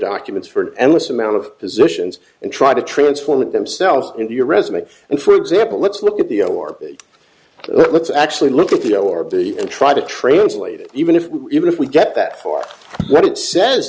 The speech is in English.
documents for an endless amount of positions and try to transform it themselves into your resume and for example let's look at the orbit let's actually look at the lower body and try to translate it even if even if we get that far what it sa